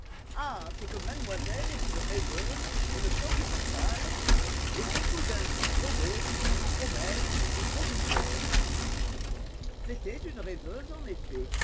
ah c'est que mademoiselle est une rêveuse une sentimentale et ses cousins sont trop gros ou trop maigres ou trop vulgaires c'était une rêveuse en effet